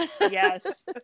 yes